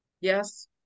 Yes